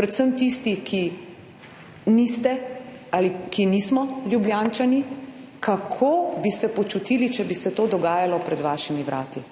predvsem tisti, ki niste ali ki nismo Ljubljančani, kako bi se počutili, če bi se to dogajalo pred vašimi vrati,